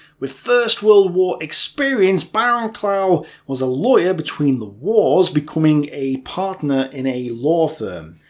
with first world war experience, barrowclough was a lawyer between the wars, becoming a partner in a law firm.